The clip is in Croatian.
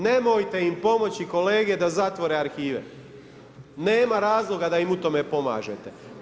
Nemojte im pomoći kolege da zatvore arhive, nema razloga da im u tome pomažete.